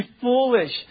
foolish